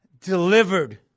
delivered